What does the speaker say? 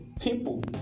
people